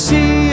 See